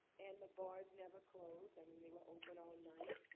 and the bars never close. i mean, they were open all night.